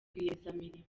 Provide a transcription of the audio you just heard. rwiyemezamirimo